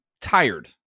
tired